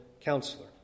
Counselor